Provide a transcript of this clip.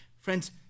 friends